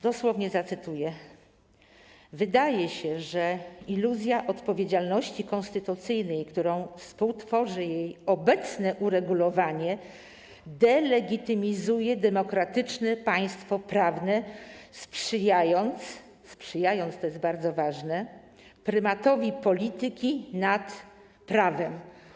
Dosłownie zacytuję: Wydaje się, że iluzja odpowiedzialności konstytucyjnej, którą współtworzy jej obecne uregulowanie, delegitymizuje demokratyczne państwo prawne, sprzyjając - sprzyjając, to jest bardzo ważne - prymatowi polityki nad prawem.